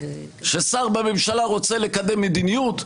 ששר בממשלה רוצה לקדם מדיניות,